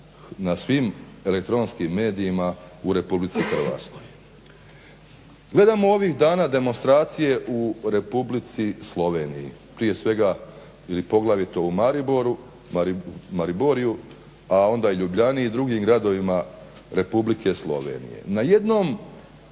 na svim elektronskim medijima u Republici Hrvatskoj. Gledamo ovih dana demonstracije u Republici Sloveniji, prije svega ili poglavito u Mariboru, Mariboriju, a onda i Ljubljani i drugim gradovima Republike Slovenije. Na jednom